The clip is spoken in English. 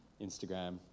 Instagram